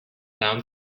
down